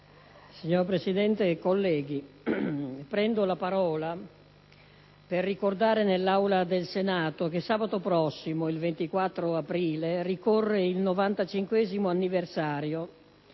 Signor Presidente, colleghi, prendo la parola per ricordare nell'Aula del Senato che sabato prossimo, il 24 aprile, ricorre il 95o anniversario